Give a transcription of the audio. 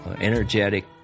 energetic